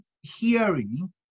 hearing